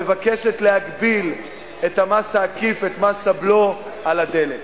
המבקשת להגביל את המס העקיף, את הבלו על הדלק.